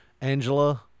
Angela